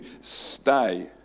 stay